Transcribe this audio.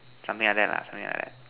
something like that lah something like that